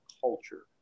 Culture